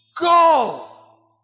Go